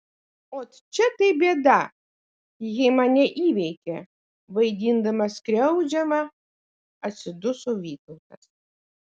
ot čia tai bėda ji mane įveikia vaidindamas skriaudžiamą atsiduso vytautas